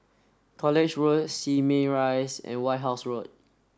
College Road Simei Rise and White House Road